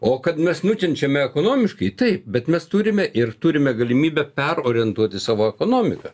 o kad mes nukenčiame ekonomiškai taip bet mes turime ir turime galimybę perorientuoti savo ekonomiką